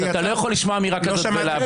אתה לא יכול לשמוע אמירה כזאת ולהבליג.